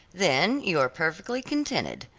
then you are perfectly contented.